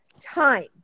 time